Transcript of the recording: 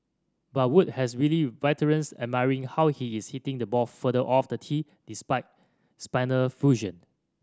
but Wood has wily veterans admiring how he is hitting the ball further off the tee despite spinal fusion